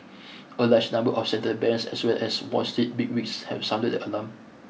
a large number of central banks as well as Wall Street bigwigs have sounded the alarm